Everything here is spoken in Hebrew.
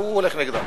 שהוא הולך נגדם.